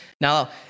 Now